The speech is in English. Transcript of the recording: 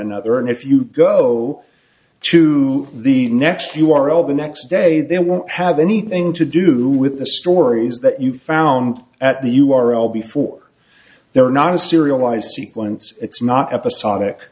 another and if you go to the next you are all the next day they won't have anything to do with the stories that you found at the u r l before there are not as serialised see once it's not episodic